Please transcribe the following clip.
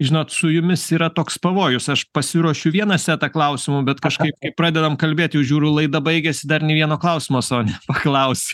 žinot su jumis yra toks pavojus aš pasiruošiu vieną setą klausimų bet kažkaip pradedame kalbėti jau žiūriu laida baigiasi dar vieno klausimosavo nepaklausiau